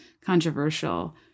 controversial